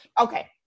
Okay